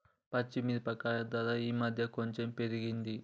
పచ్చి మిరపకాయల ధర ఈ మధ్యన కొంచెం పెరిగింది